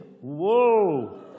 Whoa